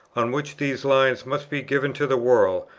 on which these lines must be given to the world,